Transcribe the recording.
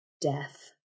Death